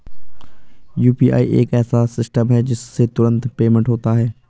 UPI एक ऐसा system है जिससे तुरंत पेमेंट होता है